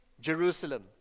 Jerusalem